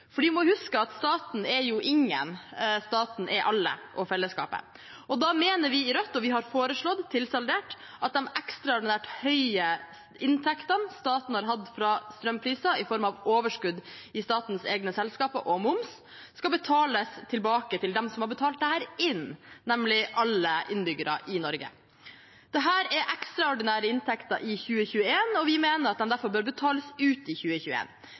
For vi må huske at staten er jo ingen; staten er alle og fellesskapet. Da mener vi i Rødt – og har foreslått til saldert – at de ekstraordinært høye inntektene staten har hatt fra strømpriser i form av overskudd i statens egne selskaper og moms, skal betales tilbake til dem som har betalt dette inn, nemlig alle innbyggere i Norge. Dette er ekstraordinære inntekter i 2021, og vi mener at de derfor bør betales ut i